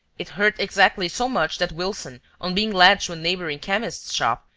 it hurt exactly so much that wilson, on being led to a neighbouring chemist's shop,